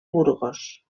burgos